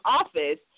office